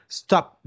stop